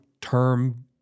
term